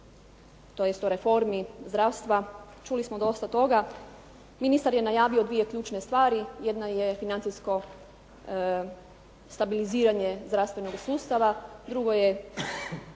tj. o reformi zdravstva, čuli smo dosta toga. Ministar je najavio dvije ključne stvari. Jedna je financijsko stabiliziranje zdravstvenog sustava, drugo je